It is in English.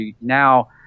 now